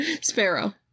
Sparrow